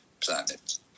planet